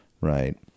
right